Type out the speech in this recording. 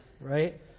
Right